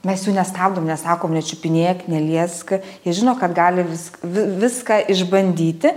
mes jų nestabdom nesakom nečiupinėk neliesk jis žino kad gali visk vi viską išbandyti